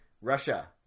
Russia